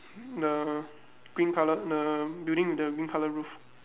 the green colour the building with the green colour roof